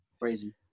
Crazy